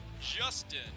Justin